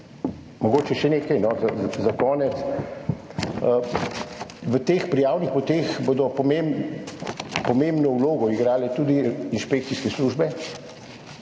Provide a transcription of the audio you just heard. Mogoče še nekaj za konec. V teh prijavnih poteh bodo pomembno vlogo igrale tudi inšpekcijske službe